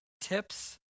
tips